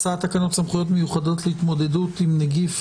1. הצעת תקנות סמכויות מיוחדות להתמודדות עם נגיף